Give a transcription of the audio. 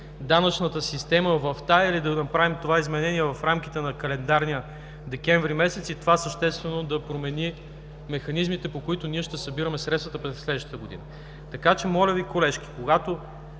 данъчната система в тази или да направим това изменение в рамките на календарния декември месец и това съществено да промени механизмите, по които ние ще събираме средствата през следващата година. Моля Ви, колежке, когато